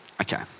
Okay